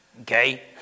okay